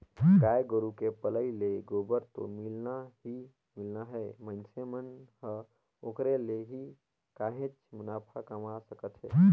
गाय गोरु के पलई ले गोबर तो मिलना ही मिलना हे मइनसे मन ह ओखरे ले ही काहेच मुनाफा कमा सकत हे